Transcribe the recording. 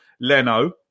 Leno